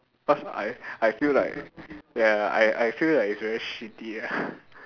cause I I feel like ya I I feel like it's very shitty ah